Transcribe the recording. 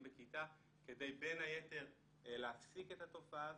בכיתה כדי בין היתר להפסיק את התופעה הזאת.